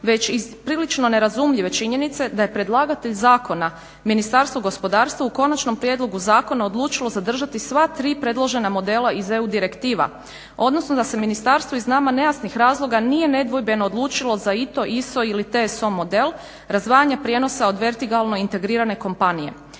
već iz prilično nerazumljive činjenice da je predlagatelj zakona Ministarstvo gospodarstva u konačnom prijedlogu zakona odlučilo zadržati sva tri predložena modela iz EU direktiva odnosno da se ministarstvo iz nama nejasnih razloga nije nedvojbeno odlučilo za ITO, ISO ili TSO model, razdvajanja prijenosa od vertikalno integrirane kompanije.